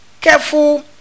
careful